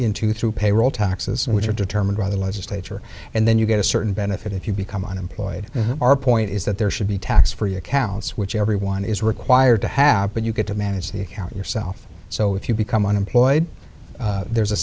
into through payroll taxes which are determined rather legislature and then you get a certain benefit if you become unemployed our point is that there should be tax free accounts which everyone is required to have but you get to manage the account yourself so if you become unemployed there's a